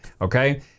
okay